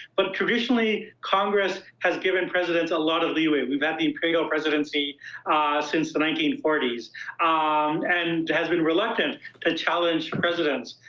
but traditionally, congress has given presidents a lot of leeway we've had the imperial presidency since the nineteen forty s and it has been reluctant to challenge presidents,